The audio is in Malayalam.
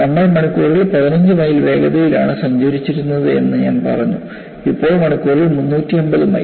നമ്മൾ മണിക്കൂറിൽ 15 മൈൽ വേഗതയിലാണ് സഞ്ചരിച്ചിരുന്നത് എന്ന് ഞാൻ പറഞ്ഞു ഇപ്പോൾ മണിക്കൂറിൽ 350 മൈൽ